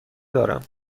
دارم